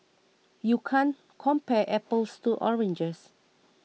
you can't compare apples to oranges